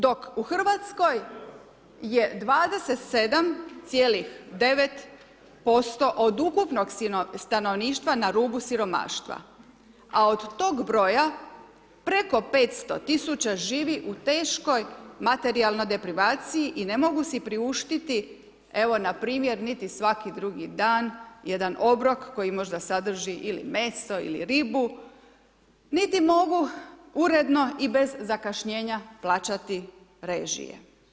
Dok u RH je 27,9% od ukupnog stanovništva na rubu siromaštva, a od toga broja preko 500 000 tisuća živi u teškoj materijalnoj deprivaciji i ne mogu si priuštiti, evo npr. niti svaki drugi dan, jedan obrok, koji možda sadrži ili meso ili ribu, niti mogu uredno i bez zakašnjenja plaćati režije.